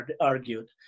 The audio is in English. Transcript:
argued